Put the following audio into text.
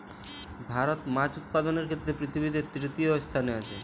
ভারত মাছ উৎপাদনের ক্ষেত্রে পৃথিবীতে তৃতীয় স্থানে আছে